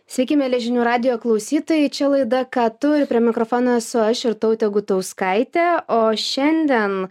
sveiki mieli žinių radijo klausytojai čia laida ką tu ir prie mikrofono esu aš irtautė gutauskaitė o šiandien